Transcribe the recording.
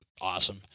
awesome